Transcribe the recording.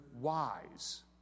wise